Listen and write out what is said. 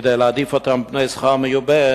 כדי להעדיף אותם על פני סחורה מיובאת,